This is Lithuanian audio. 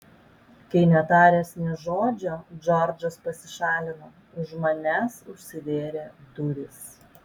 kai netaręs nė žodžio džordžas pasišalino už manęs užsivėrė durys